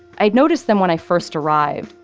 i'd noticed them when i first arrived,